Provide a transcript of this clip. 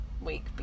week